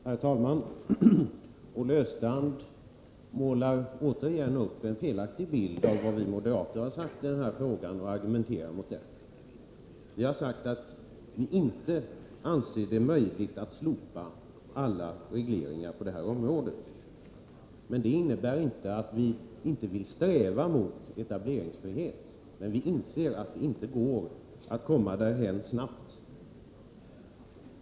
Herr talman! Olle Östrand målar återigen upp en felaktig bild av vad vi moderater har sagt i den här frågan och argumenterar mot den. Vi har sagt att vi inte anser det möjligt att slopa alla regleringar på det här området, men det innebär inte att vi inte vill sträva mot etableringsfrihet. Vi inser dock att det inte går att komma därhän snabbt.